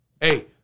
Hey